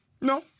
No